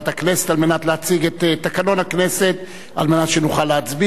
על מנת להציג את תקנון הכנסת על מנת שנוכל להצביע עליו,